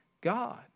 God